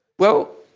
well,